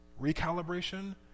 recalibration